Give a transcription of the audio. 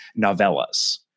novellas